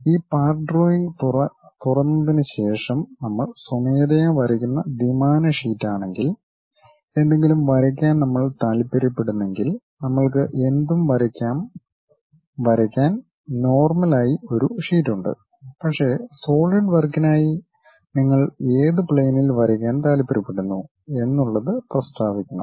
ഈ part drawing തുറന്നതിനുശേഷം നമ്മൾ സ്വമേധയാ വരയ്ക്കുന്ന ദ്വിമാന ഷീറ്റാണെങ്കിൽ എന്തെങ്കിലും വരയ്ക്കാൻ നമ്മൾ താൽപ്പര്യപ്പെടുന്നെങ്കിൽ നമ്മൾക്ക് എന്തും വരയ്ക്കാൻ നോർമൽ ആയി ഒരു ഷീറ്റ് ഉണ്ട് പക്ഷേ സോളിഡ്വർക്കിനായി നിങ്ങൾ ഏത് പ്ലെയിനിൽ വരയ്ക്കാൻ താൽപ്പര്യപ്പെടുന്നു എന്നുള്ളത് പ്രസ്താവിക്കണം